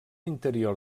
interior